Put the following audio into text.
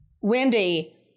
Wendy